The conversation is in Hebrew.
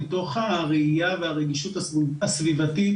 מתוך הראייה והרגישות הסביבתית